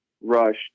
Rush